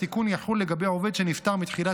התיקון יחול לגבי עובד שנפטר מתחילת